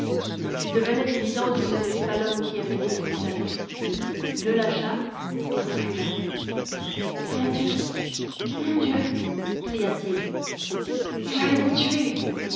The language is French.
il devenait évident que ce n'était pas l'homme qui avait détruit sa vie il le lâcha et recula mon dieu mon dieu cria-t-il et j'allais vous tuer